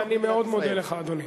אני מאוד מודה לך, אדוני.